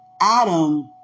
Adam